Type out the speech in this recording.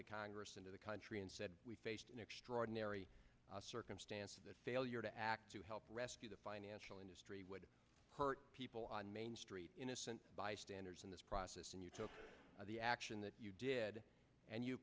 to congress into the country and said we faced an extraordinary circumstance that failure to act to help rescue the financial industry would hurt people on main street innocent bystanders in this process and you took the action that you did and you